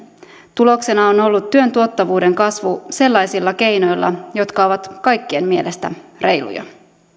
tuloksena on ollut työn tuottavuuden kasvu sellaisilla keinoilla jotka ovat kaikkien mielestä reiluja